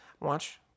watch